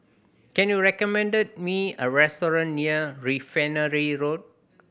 can you recommended me a restaurant near Refinery Road